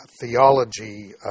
theology